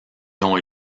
ont